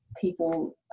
people